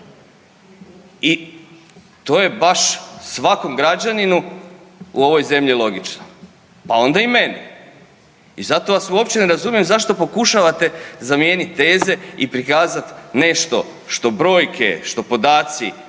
I to je baš svakom građaninu u ovoj zemlji logično pa onda i meni. I zato vas uopće ne razumijem zašto pokušavate zamijenit teze i prikazat nešto što brojke, što podaci